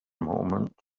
moment